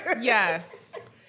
yes